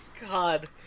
God